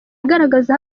igaragaza